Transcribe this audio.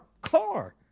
car